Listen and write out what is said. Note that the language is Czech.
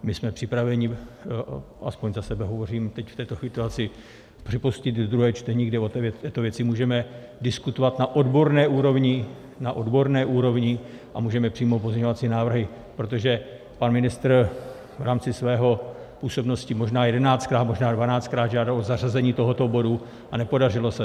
My jsme připraveni aspoň za sebe hovořím teď v této situaci připustit druhé čtení, kde o této věci můžeme diskutovat na odborné úrovni na odborné úrovni a můžeme přijmout pozměňovací návrhy, protože pan ministr v rámci své působnosti možná jedenáctkrát, možná dvanáctkrát žádal o zařazení tohoto bodu, a nepodařilo se.